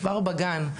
כבר בגן,